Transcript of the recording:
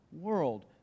world